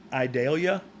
Idalia